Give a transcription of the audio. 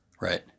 Right